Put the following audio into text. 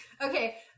okay